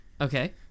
okay